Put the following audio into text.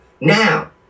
now